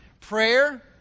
Prayer